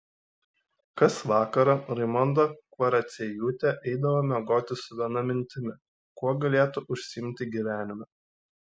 kas vakarą raimonda kvaraciejūtė eidavo miegoti su viena mintimi kuo galėtų užsiimti gyvenime